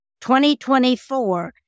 2024